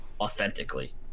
authentically